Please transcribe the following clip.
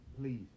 Please